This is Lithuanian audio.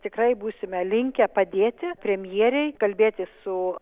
tikrai būsime linkę padėti premjerei kalbėti su